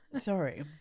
sorry